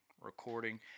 recording